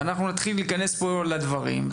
ונתחיל להיכנס פה לדברים.